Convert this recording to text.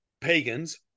pagans